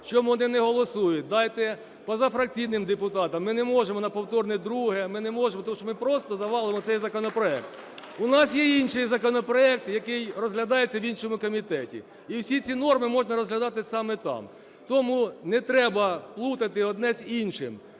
чому вони не голосують, дайте позафракційним депутатам. Ми не можемо на повторне друге, ми не можемо, тому що ми просто завалимо цей законопроект. У нас є інший законопроект, який розглядається в іншому комітеті. І всі ці норми можна розглядати саме там. Тому не треба плутати одне з іншим,